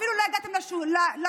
אפילו לא הגעתם לשדולה.